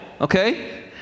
okay